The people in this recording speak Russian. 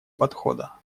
подхода